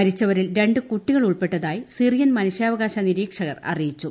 മരിച്ചവരിൽ രണ്ട് കുട്ടികൾ ഉൾപ്പെട്ടതായി സിറിയൻ മനുഷ്യാവകാശ നിരീക്ഷകർ അറിയിച്ചു